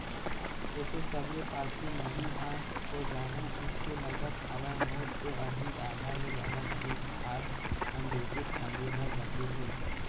एसो सबले पाछू मही ह हो जाहूँ अइसे लगत हवय, मोर तो अभी आधा ले जादा खेत खार मन जोंते फांदे बर बचें हे